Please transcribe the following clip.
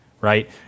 right